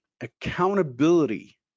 Accountability